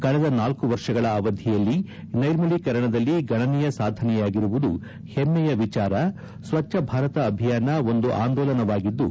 ಕಳೆದ ನಾಲ್ಕು ವರ್ಷಗಳ ಅವಧಿಯಲ್ಲಿ ನೈರ್ಮಲೀಕರಣದಲ್ಲಿ ಗಣನೀಯ ಸಾಧನೆಯಾಗಿರುವುದು ಹೆಮ್ಮೆಯ ವಿಚಾರ ಸ್ವಚ್ಛ ಭಾರತ ಅಭಿಯಾನ ಒಂದು ಅಂದೋಲನವಾಗಿದ್ದು